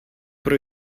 pro